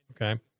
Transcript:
Okay